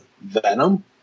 Venom